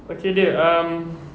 okay dear um